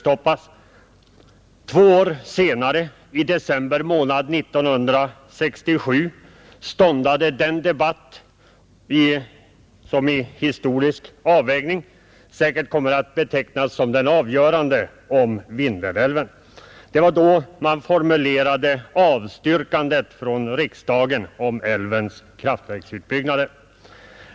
Två år senare, i december månad 1967, ståndade den andra debatten, som i historisk avvägning säkert kommer att betecknas som den avgörande om Vindelälven. Det var då man formulerade avstyrkandet från riksdagen av älvens kraftverksutbyggnader.